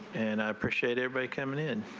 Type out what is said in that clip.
and i appreciate everybody coming in.